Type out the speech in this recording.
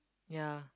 ya